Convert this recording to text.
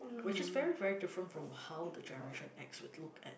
which is very very different from how the generation X would look at